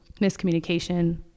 miscommunication